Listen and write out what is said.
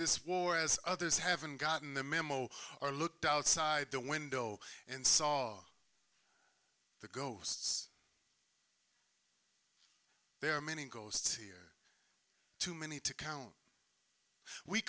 this war as others haven't gotten the memo or looked outside the window and saw the ghosts there are many ghosts here too many to count we